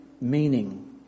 meaning